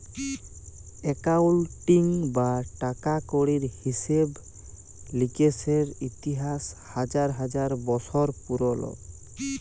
accounting বা টাকা কড়ির হিসেব লিকেসের ইতিহাস হাজার হাজার বসর পুরল